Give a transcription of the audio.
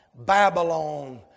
Babylon